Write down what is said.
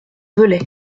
velay